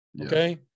Okay